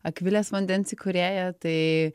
akvilės vandens įkūrėja tai